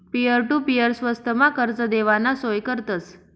peer to peer स्वस्तमा कर्ज देवाना सोय करतस